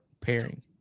pairing